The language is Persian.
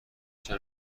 بچه